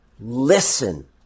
Listen